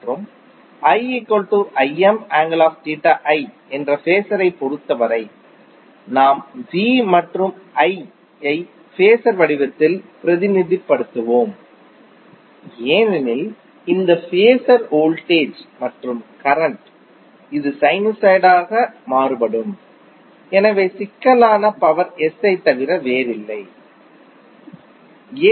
மற்றும் என்ற ஃபேஸர் ஐப் பொறுத்தவரை நாம் V மற்றும் I ஐ ஃபேஸர் வடிவத்தில் பிரதிநிதித்துவப்படுத்துகிறோம் ஏனெனில் இந்த ஃபேஸர் வோல்டேஜ் மற்றும் கரண்ட் இது சைனுசாய்டாக மாறுபடும் எனவே சிக்கலான பவர் S ஐத் தவிர வேறில்லை ஏ